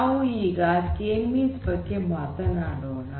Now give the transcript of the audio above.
ನಾವು ಈಗ K means ಬಗ್ಗೆ ಮಾತನಾಡೋಣ